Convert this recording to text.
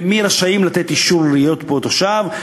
למי רשאים לתת אישור להיות פה תושב,